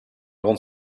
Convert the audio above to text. rond